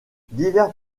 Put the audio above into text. divers